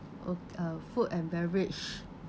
ok~ uh food and beverage